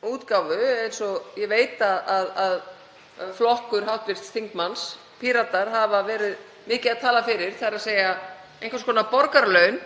aðra útgáfu eins og ég veit að flokkur hv. þingmanns, Píratar, hefur verið mikið að tala fyrir, þ.e. einhvers konar borgaralaun?